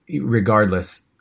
regardless